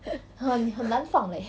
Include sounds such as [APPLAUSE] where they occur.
[LAUGHS]